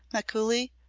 mikuli,